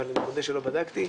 אבל אני מודה שלא בדקתי.